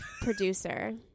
producer